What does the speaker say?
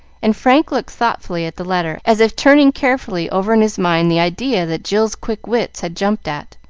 and frank looked thoughtfully at the letter, as if turning carefully over in his mind the idea that jill's quick wits had jumped at.